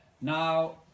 now